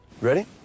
Ready